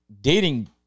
dating